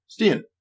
Stian